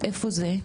איפה זה?